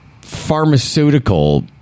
pharmaceutical